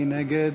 מי נגד?